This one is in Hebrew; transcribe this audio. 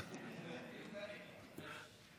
כל הכבוד.